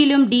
യിലും ഡി